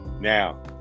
Now